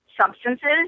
substances